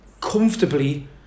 comfortably